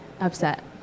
upset